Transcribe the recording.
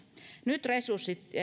nyt resurssit